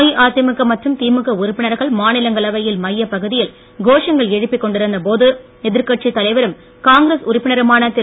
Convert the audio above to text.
அஇஅதிமுக மற்றும் திமுக உறுப்பினர்கள் மாநிலங்களவையில் மைய பகுதியில் கோஷங்கள் எழுப்பி கொண்டிருந்த போது எதிர்க்கட்சி தலைவரும் காங்கிரஸ் உறுப்பினருமான திரு